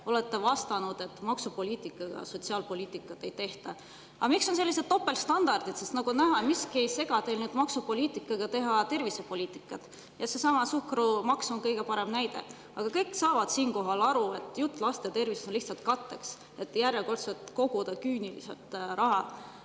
olete vastanud, et maksupoliitikaga sotsiaalpoliitikat ei tehta. Aga miks on sellised topeltstandardid? Sest, nagu näha, miski ei sega teil nüüd maksupoliitikaga teha tervisepoliitikat. Seesama suhkrumaks on kõige parem näide. Kõik saavad siinkohal aru, et jutt laste tervisest on lihtsalt katteks, et järjekordselt koguda küüniliselt raha